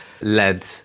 led